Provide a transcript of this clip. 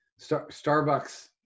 Starbucks